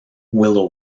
willow